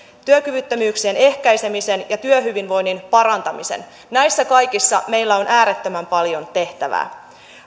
työkyvyttömyyksien ehkäisemisen ja työhyvinvoinnin parantamisen näissä kaikissa meillä on äärettömän paljon tehtävää